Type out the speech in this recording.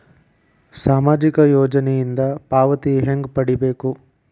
ಸಾಮಾಜಿಕ ಯೋಜನಿಯಿಂದ ಪಾವತಿ ಹೆಂಗ್ ಪಡಿಬೇಕು?